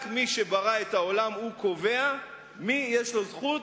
רק מי שברא את העולם הוא קובע למי יש זכות